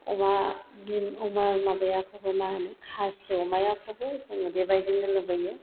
अमा माबाखौबो मा होनो खासि अमाखौबो जोङो बेबायदिनो लुबैयो